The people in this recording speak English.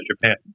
Japan